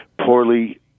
poorly